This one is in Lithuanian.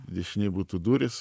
dešinėj būtų durys